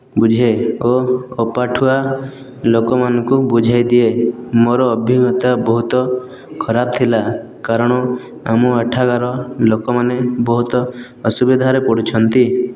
ବୁଝେ ଓ ଅପାଠୁଆ ଲୋକମାନଙ୍କୁ ବୁଝାଇ ଦିଏ ମୋର ଅଭିଜ୍ଞତା ବହୁତ ଖରାପ ଥିଲା କାରଣ ଆମ ଏଠାକାର ଲୋକମାନେ ବହୁତ ଅସୁବିଧାର ପଡ଼ୁଛନ୍ତି